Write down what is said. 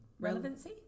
Relevancy